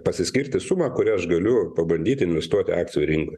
pasiskirti sumą kurią aš galiu pabandyti investuoti akcijų rinkoje